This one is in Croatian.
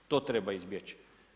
To treba izbjeći.